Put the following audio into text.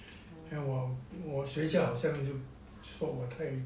我我学校好像就说我太